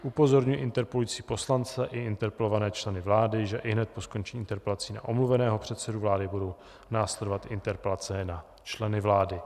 Upozorňuji interpelující poslance i interpelované členy vlády, že ihned po skončení interpelací na omluveného předsedu vlády budou následovat interpelace na členy vlády.